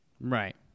right